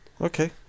Okay